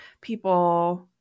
people